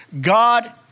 God